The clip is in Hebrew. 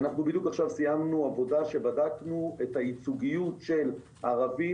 בדיוק עכשיו סיימנו עבודה שבדקנו את הייצוגיות של ערבים,